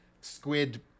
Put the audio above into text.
squid